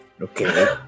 Okay